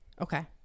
Okay